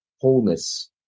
wholeness